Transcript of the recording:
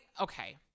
okay